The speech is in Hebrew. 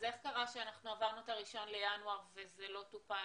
אז איך קרה שאנחנו עברנו את ה-1 לינואר וזה לא טופל?